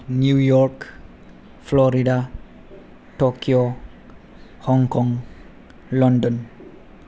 new York Florida Tokyo Hong Kong London